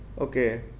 okay